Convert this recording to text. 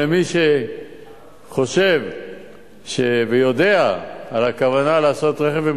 מי שחושב ויודע על הכוונה למשכן רכב,